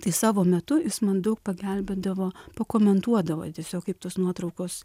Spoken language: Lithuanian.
tai savo metu jis man daug pagelbėdavo pakomentuodavo tiesiog kaip tos nuotraukos